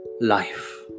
life